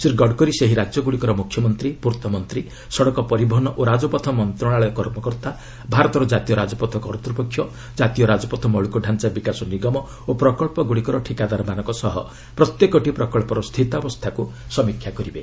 ଶ୍ରୀ ଗଡ୍କରୀ ସେହି ରାଜ୍ୟଗୁଡ଼ିକର ମୁଖ୍ୟମନ୍ତ୍ରୀ ପୂର୍ତ୍ତ ମନ୍ତ୍ରୀ ସଡ଼କ ପରିବହନ ଓ ରାଜପଥ ମନ୍ତ୍ରଣାଳୟ କର୍ମକର୍ତ୍ତ ଭାରତର କାତୀୟ ରାଜପଥ କର୍ତ୍ତ୍ୱପକ୍ଷ ଜାତୀୟ ରାଜପଥ ମୌଳିକ ଢାଞ୍ଚା ବିକାଶ ନିଗମ ଓ ପ୍ରକଳ୍ପଗୁଡ଼ିକର ଠିକାଦାରମାନଙ୍କ ସହ ପ୍ରତ୍ୟେକଟି ପ୍ରକଳ୍ପର ସ୍ଥିତାବସ୍ଥାକୁ ସମୀକ୍ଷା କରିବେ